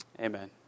amen